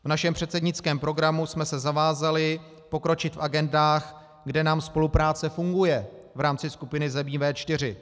V našem předsednickém programu jsme se zavázali pokročit v agendách, kde nám spolupráce funguje v rámci skupiny zemí V4.